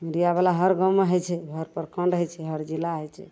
मीडिआवला हर गाममे होइ छै हर प्रखण्ड होइ छै हर जिला होइ छै